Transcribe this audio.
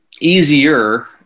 easier